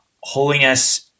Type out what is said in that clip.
holiness